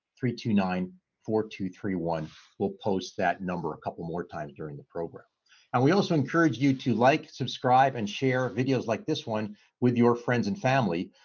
three, two, nine four, two three one we'll post that number a couple more times during the program and we also encourage you to like subscribe and share videos like this one with your friends and family.